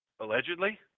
allegedly